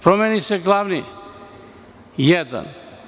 Promeni se glavni, jedan.